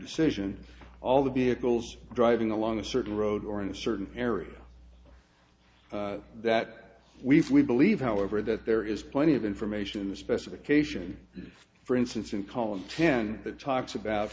decision all the vehicles driving along a certain road or in a certain area that we've we believe however that there is plenty of information in the specification for instance in column ten that talks about